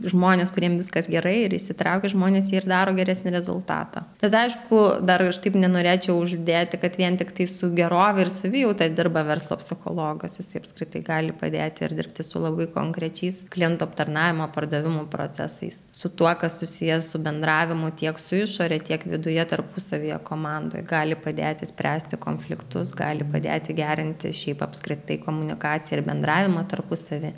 žmonės kuriem viskas gerai ir įsitraukę žmonės jie ir daro geresnį rezultatą bet aišku dar aš taip nenorėčiau uždėti kad vien tiktai su gerove ir savijauta dirba verslo psichologas jisai apskritai gali padėti ir dirbti su labai konkrečiais klientų aptarnavimo pardavimų procesais su tuo kas susiję su bendravimu tiek su išore tiek viduje tarpusavyje komandoj gali padėti spręsti konfliktus gali padėti gerinti šiaip apskritai komunikaciją ir bendravimą tarpusavy